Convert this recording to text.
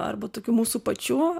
arba tokių mūsų pačių